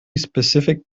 specific